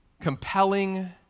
compelling